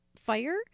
Fire